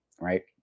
Right